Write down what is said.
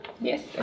Yes